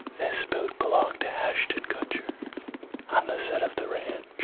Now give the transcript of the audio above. this boot belonged to ashton kutcher on the set of the ranch.